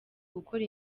gukora